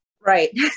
Right